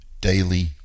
daily